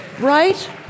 right